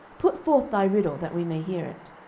put forth thy riddle, that we may hear it.